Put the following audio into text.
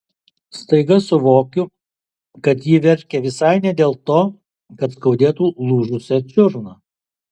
staiga suvokiu kad ji verkia visai ne dėl to kad skaudėtų lūžusią čiurną